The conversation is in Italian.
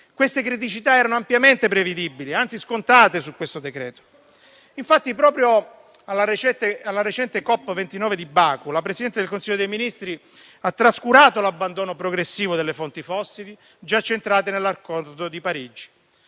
Queste criticità erano ampiamente prevedibili, anzi scontate su questo decreto. Infatti, proprio alla recente conferenza sul clima COP29 di Baku, la Presidente del Consiglio dei ministri ha trascurato l'abbandono progressivo delle fonti fossili, già centrate nell'Accordo di Parigi.